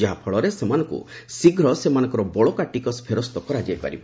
ଯାହାଫଳରେ ସେମାନଙ୍କୁ ଶୀଘ୍ର ସେମାନଙ୍କର ବଳକା ଟିକସ ଫେରସ୍ତ କରାଯାଇ ପାରିବ